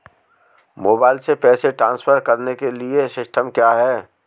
Mobile से पैसे transfer करने के लिए सिस्टम क्या है?